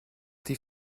die